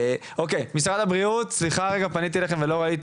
אוקיי, משרד הבריאות, סליחה רגע, אתה לא רואה